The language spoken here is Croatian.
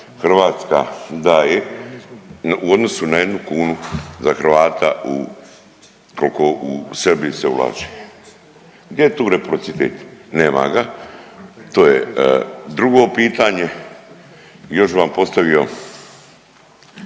Hrvatska daje u odnosu na jednu kunu za Hrvata u, koliko u Srbiji se ulaže. Gdje je tu reprocitet? Nema ga, to je. Drugo pitanje, još bi vam postavio